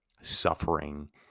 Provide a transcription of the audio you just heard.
suffering